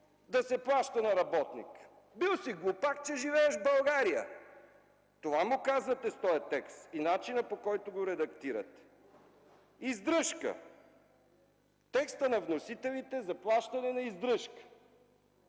да се плаща на работника - бил глупак, щом живееш в България. Това му казвате с този текст и начина, по който го редактирате. Издръжка! Текстът на вносителите за плащане на издръжка